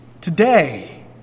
today